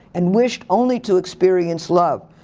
and wished only to experience love.